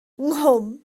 nghwm